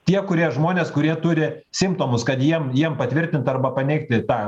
tie kurie žmonės kurie turi simptomus kad jiem jiem patvirtint arba paneigti tą